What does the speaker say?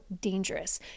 dangerous